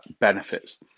benefits